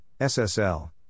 SSL